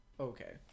okay